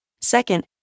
Second